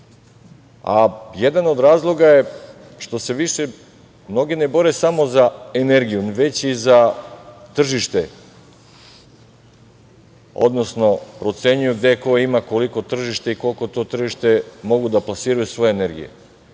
a jedan od razloga je što se više mnogi ne bore samo za energiju, već i za tržište, odnosno ocenjuju gde ko ima koliko tržište i koliko u to tržište mogu da plasiraju svoje energije.